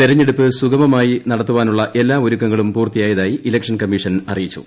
തെരഞ്ഞെടുപ്പ് സുഗമമായി നടത്താനുള്ള എല്ലാം ഒരുക്കങ്ങളും പൂർത്തിയായതായി ഇലക്ഷൻ കമ്മീഷൻ അറിയിച്ചു